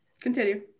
Continue